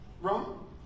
wrong